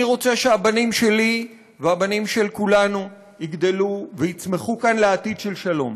אני רוצה שהבנים שלי והבנים של כולנו יגדלו ויצמחו כאן לעתיד של שלום,